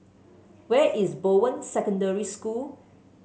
where is Bowen Secondary School